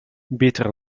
beter